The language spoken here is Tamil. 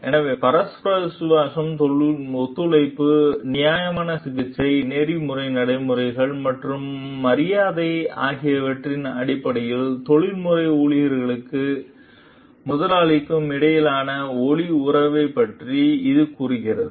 எனவே பரஸ்பர விசுவாசம் ஒத்துழைப்பு நியாயமான சிகிச்சை நெறிமுறை நடைமுறைகள் மற்றும் மரியாதை ஆகியவற்றின் அடிப்படையில் தொழில்முறை ஊழியருக்கும் முதலாளிக்கும் இடையிலான ஒலி உறவைப் பற்றி இது கூறுகிறது